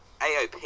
AOP